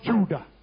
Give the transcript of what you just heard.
Judah